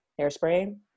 Hairspray